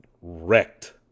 wrecked